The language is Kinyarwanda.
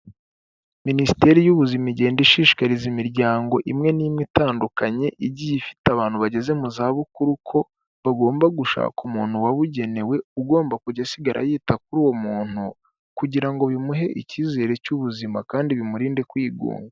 Minisiteri y'ubuzima igenda ishishikariza imiryango imwe n'imwe itandukanye, igiye ifite abantu bageze mu za bukuru ko bagomba gushaka umuntu wabugenewe ugomba kujya asigara yita kuri uwo muntu, kugira ngo bimuhe icyizere cy'ubuzima kandi bimurinde kwigunga.